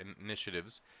initiatives